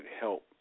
help